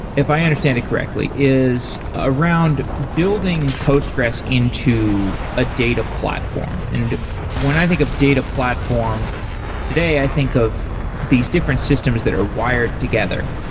if i understand correctly, is around the building postgres into a data platform. and when i think of data platform today, i think of these different systems that are wired together.